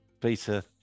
Peter